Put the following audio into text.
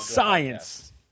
Science